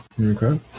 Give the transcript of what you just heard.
Okay